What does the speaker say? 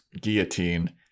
guillotine